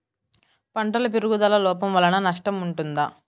పంటల పెరుగుదల లోపం వలన నష్టము ఉంటుందా?